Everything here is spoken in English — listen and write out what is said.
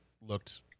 looked